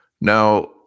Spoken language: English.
Now